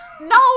No